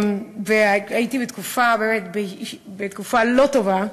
הייתי בתקופה לא טובה.